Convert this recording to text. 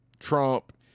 Trump